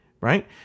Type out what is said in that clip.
right